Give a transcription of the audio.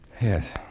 Yes